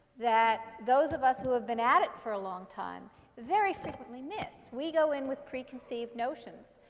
that those of us who have been at it for a long time very frequently miss. we go in with preconceived notions.